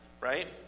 right